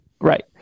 Right